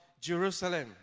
Jerusalem